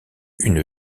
une